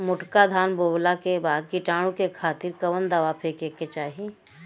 मोटका धान बोवला के बाद कीटाणु के खातिर कवन दावा फेके के चाही?